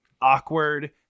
awkward